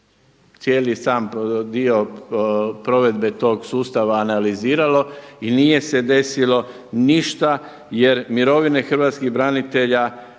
cijeli sam dio provedbe tog sustava analiziralo i nije se desilo ništa jer mirovine hrvatskih branitelja